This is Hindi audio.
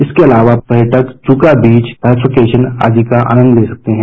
इसके अलावा पर्यटक चुका बीच बाइफरकेशन आदि का आनंद ले सकते हैं